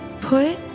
Put